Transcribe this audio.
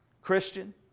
Christian